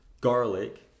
garlic